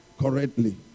correctly